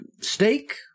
steak